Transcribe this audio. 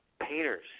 painters